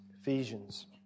Ephesians